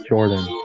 Jordan